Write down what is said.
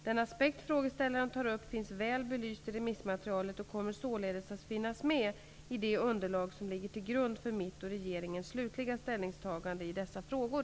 Den aspekt frågeställaren tar upp finns väl belyst i remissmaterialet och kommer således att finnas med i det underlag som ligger till grund för mitt och regeringens slutliga ställningstagande i dessa frågor.